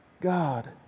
God